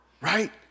Right